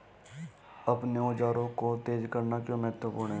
अपने औजारों को तेज करना क्यों महत्वपूर्ण है?